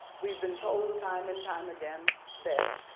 we've been told time and time again that